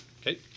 Okay